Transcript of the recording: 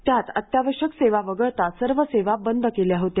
त्यात अत्यावश्यक सेवा वगळता सर्व सेवा बंद केल्या होत्या